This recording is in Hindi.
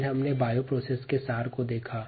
फिर हमने जैव प्रक्रिया के सार को देखा